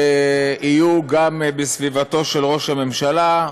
יהיו גם בסביבתו של ראש הממשלה,